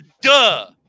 Duh